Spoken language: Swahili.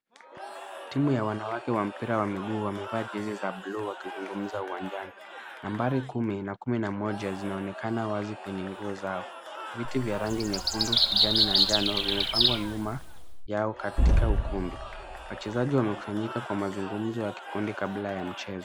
Timu ya wanawake wa mpira wa miguu wamevaa jezi za buluu wakizungumza uwanjani. Nambari kumi na kumi na moja zinaonekana wazi kwenye nguo zao. Viti vya rangi nyekundu, kijani na njano vimepangwa nyuma yao katika ukumbi. Wachezaji wamekusanyika kwa mazungumzo ya kikundi kabla ya mchezo.